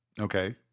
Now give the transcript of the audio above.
Okay